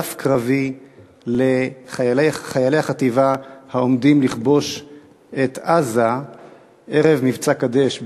דף קרבי לחיילי החטיבה העומדים לכבוש את עזה ערב מבצע "קדש",